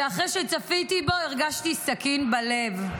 שאחרי שצפיתי בו הרגשתי סכין בלב,